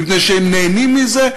מפני שהם נהנים מזה?